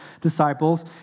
disciples